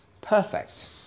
perfect